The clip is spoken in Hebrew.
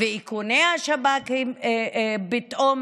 איכוני השב"כ פתאום